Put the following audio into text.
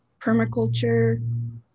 permaculture